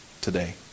today